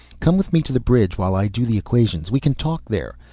come with me to the bridge while i do the equations. we can talk there.